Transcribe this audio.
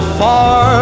far